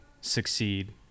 succeed